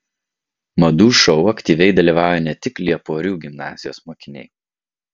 madų šou aktyviai dalyvauja ne tik lieporių gimnazijos mokiniai